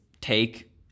take